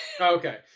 Okay